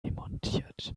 demontiert